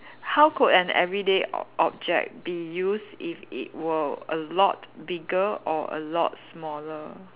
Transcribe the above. how could an everyday o~ object be used if it were a lot bigger or a lot smaller